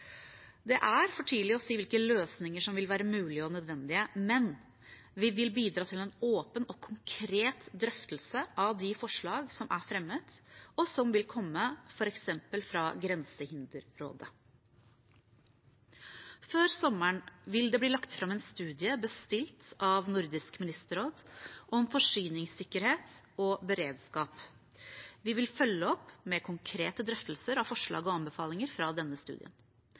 Det er for tidlig å si hvilke løsninger som vil være mulige og nødvendige. Men vi vil bidra til en åpen og konkret drøftelse av de forslag som er fremmet og som vil komme, f.eks. fra Grensehinderrådet. Før sommeren vil det bli lagt fram en studie, bestilt av Nordisk ministerråd, om forsyningssikkerhet og beredskap. Vi vil følge opp med konkrete drøftelser av forslag og anbefalinger fra denne studien.